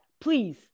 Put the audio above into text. please